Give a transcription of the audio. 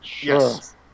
yes